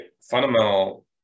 fundamental